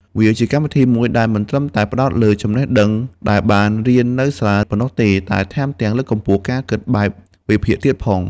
វាជាកម្មវិធីមួយដែលមិនត្រឹមតែផ្ដោតលើចំណេះដឹងដែលបានរៀននៅសាលាប៉ុណ្ណោះទេ តែថែមទាំងលើកកម្ពស់ការគិតបែបវិភាគទៀតផង។